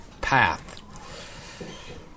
path